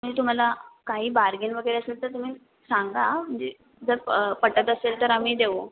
मी तुम्हाला काही बार्गेन वगैरे असेल तर तुम्ही सांगा म्हणजे जर पटत असेल तर आम्ही देऊ